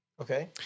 Okay